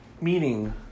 meaning